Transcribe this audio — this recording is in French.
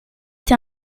été